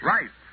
Right